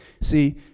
See